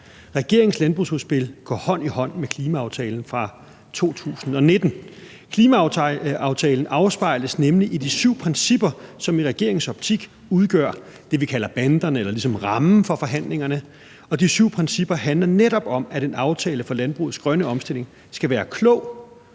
regeringens landbrugsudspil går hånd i hånd med klimaaftalen fra 2019. Klimaaftalen afspejles nemlig i de syv principper, som i regeringens optik udgør det, vi kalder banderne eller rammen for forhandlingerne, og de syv principper handler netop om, at en aftale for landbrugets grønne omstilling skal være klog